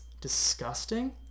disgusting